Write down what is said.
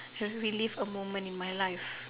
to relieve a moment in my life